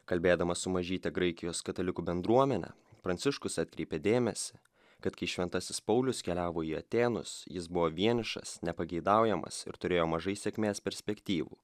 kalbėdamas su mažyte graikijos katalikų bendruomene pranciškus atkreipė dėmesį kad kai šventasis paulius keliavo į atėnus jis buvo vienišas nepageidaujamas ir turėjo mažai sėkmės perspektyvų